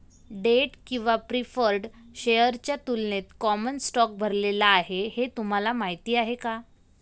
Date किंवा preferred शेअर्सच्या तुलनेत कॉमन स्टॉक भरलेला आहे हे तुम्हाला माहीत आहे का?